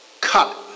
cut